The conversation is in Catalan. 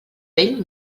vell